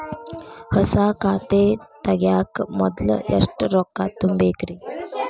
ಹೊಸಾ ಖಾತೆ ತಗ್ಯಾಕ ಮೊದ್ಲ ಎಷ್ಟ ರೊಕ್ಕಾ ತುಂಬೇಕ್ರಿ?